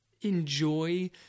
Enjoy